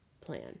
plan